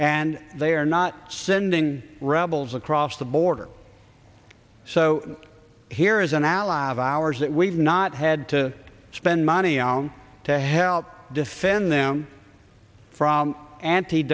and they are not sending rebels across the border so here is an ally of ours that we've not had to spend money on to help defend them from anti